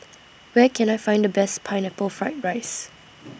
Where Can I Find The Best Pineapple Fried Rice